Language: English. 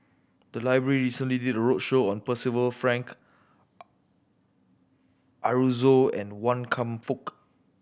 the library recently did a roadshow on Percival Frank Aroozoo and Wan Kam Fook